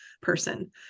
person